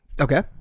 Okay